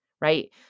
right